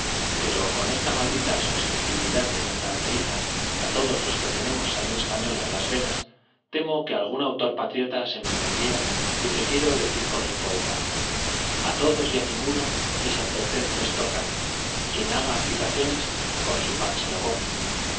pero con esta maldita sus ceptibilidad que nos caracteriza á todos los que tenemos sangre española en las venas temo que algún autor patriota se me ofendiera y prefiero decir con el poeta á a todos y ninguno mis advertencias tocan quien haga aplicaciones son su pan se lo coma